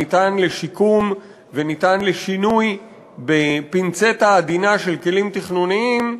ניתן לשיקום וניתן לשינוי בפינצטה עדינה של כלים תכנוניים,